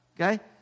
Okay